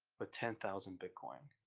ah ten thousand bitcoin.